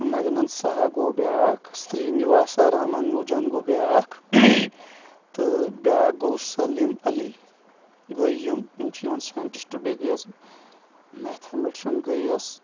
مگنین سہا گوٚو بیٛاکھ سری نِواسا راما نوجن گوٚو بیٛاکھ تہٕ بیٛاکھ گوٚو سلیٖم علی گٔے یِم یِم چھ یِوان ساینٹِسٹ بیٚیہِ گٔیَس میتھا مٹشن گٔیس